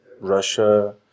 Russia